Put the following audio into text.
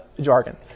jargon